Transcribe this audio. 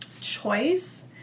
choice